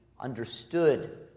understood